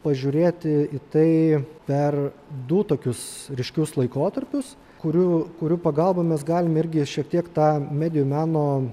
pažiūrėti į tai per du tokius ryškius laikotarpius kurių kurių pagalba mes galime irgi šiek tiek tą medijų meno